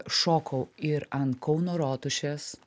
šokau ir ant kauno rotušės